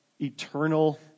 eternal